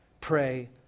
pray